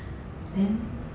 then